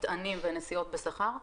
מטענים ונסיעות בשכר,